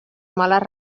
males